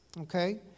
Okay